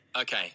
Okay